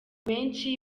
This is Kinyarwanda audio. benshi